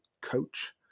coach